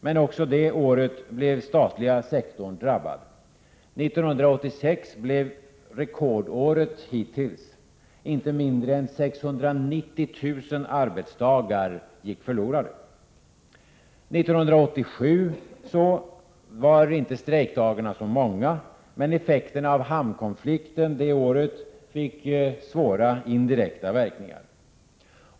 Men också det året blev den statliga sektorn drabbad. 1986 blev rekordåret hittills. Inte mindre än 690 000 arbetsdagar gick förlorade. År 1987 var inte strejkdagarna så många. Men effekterna av hamnkonflikten det året fick svåra indirekta verkningar.